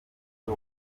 cyo